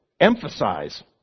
emphasize